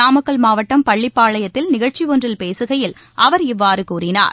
நாமக்கல் மாவட்டம் பள்ளிபாளையத்தில் நிகழ்ச்சி ஒன்றில் பேசுகையில் அவர் இவ்வாறு கூறினார்